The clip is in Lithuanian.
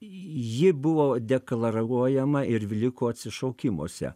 ji buvo deklaruojama ir liko atsišaukimuose